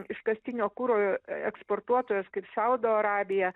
iškastinio kuro eksportuotojos kaip saudo arabija